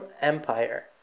empire